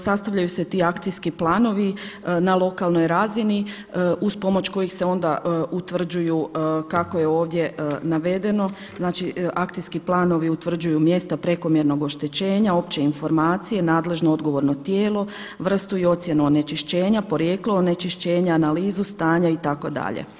Sastavljaju se ti akcijski planovi na lokalnoj razini uz pomoć kojih se onda utvrđuju kao je ovdje navedeno, znači akcijski planovi utvrđuju mjesta prekomjernog oštećenja, opće informacije, nadležno odgovorno tijelo, vrstu i ocjenu onečišćenja, porijeklo onečišćenja, analizu stanja itd.